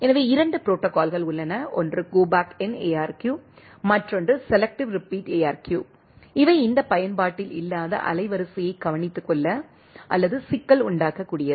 எனவே 2 ப்ரோடோகால்கள் உள்ளன ஒன்று கோ பேக் என் ARQ மற்றொன்று செலெக்ட்டிவ் ரீபிட் ARQ இவை இந்த பயன்பாட்டில் இல்லாத அலைவரிசையை கவனித்துக்கொள்ள அல்லது சிக்கல் உண்டாக்ககூடியது